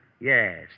Yes